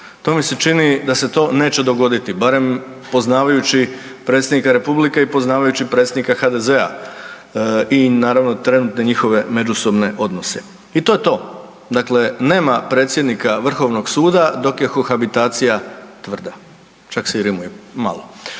To mi se čini da se to neće dogoditi barem poznajući predsjednika Republike i poznajući predsjednika HDZ-a i naravno trenutne njihove međusobne odnose. I to je to. Dakle, nema predsjednika Vrhovnog suda dok je kohabitacija tvrda, čak se i rimuje malo.